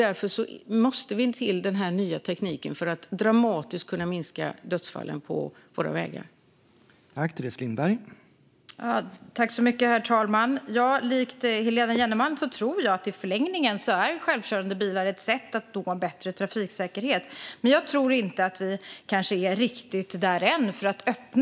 Därför måste denna nya teknik till för att antalet dödsfall på våra vägar ska kunna minska dramatiskt.